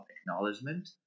acknowledgement